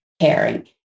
caring